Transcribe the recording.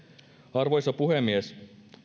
arvoisa puhemies